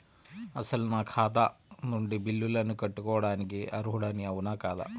అసలు నా ఖాతా నుండి బిల్లులను కట్టుకోవటానికి అర్హుడని అవునా కాదా?